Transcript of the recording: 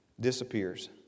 disappears